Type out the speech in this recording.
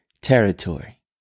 territory